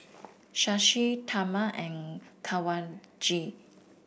Shashi Tharman and Kanwaljit